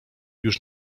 już